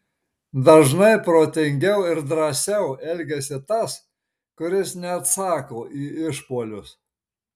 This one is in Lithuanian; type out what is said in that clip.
dažnai protingiau ir drąsiau elgiasi tas kuris neatsako į išpuolius